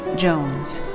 jones.